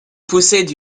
possède